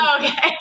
Okay